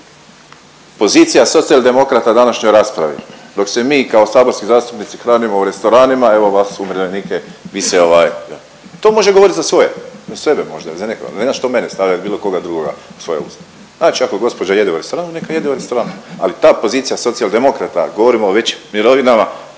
Pozicija socijaldemokrata na današnjoj raspravi, dok se mi kao saborski zastupnici hranimo u restoranima, evo vas umirovljenike vi se ovaj. To može govorit za svoje, za sebe možda ili za nekoga, nema što mene stavljat ili bilo koga drugoga u svoj usta. Znači ako gospođa jede u restoranu neka jede u restoranu ali ta pozicija socijaldemokrata, govorimo o većim mirovinama